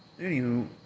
anywho